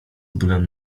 bólem